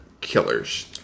killers